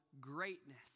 greatness